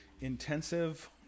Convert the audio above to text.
intensive